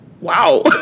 wow